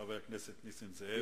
חבר הכנסת נסים זאב.